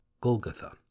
Golgotha